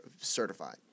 certified